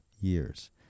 years